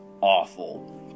Awful